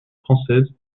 françaises